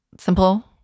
simple